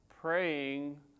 praying